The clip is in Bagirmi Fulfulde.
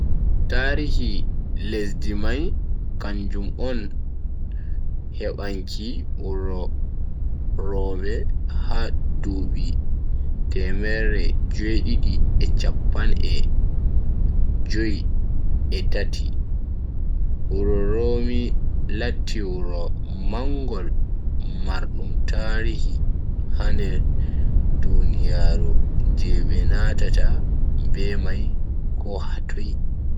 Tarihi lesdi mai kanjum on hebanki wuro rome ha dubi temerre jue-didi e chappan e jui e tati. wuro Rome latti wuro mangol mardum tarihi ha duniyaaru je be nanata be mai ko hatoi.